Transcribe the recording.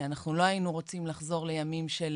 אנחנו לא היינו רוצים לחזור לימים של